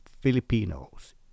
Filipinos